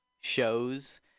shows